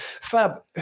Fab